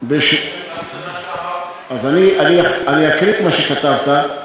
אז אני אקריא את מה שכתבת: